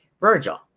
Virgil